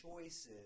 choices